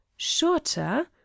shorter